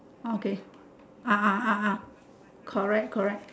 okay ah ah ah ah correct correct